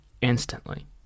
instantly